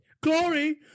Glory